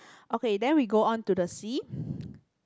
okay then we go on to the sea